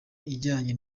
ijyanye